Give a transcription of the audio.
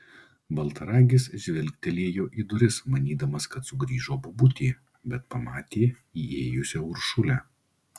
baltaragis žvilgtelėjo į duris manydamas kad sugrįžo bobutė bet pamatė įėjusią uršulę